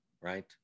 Right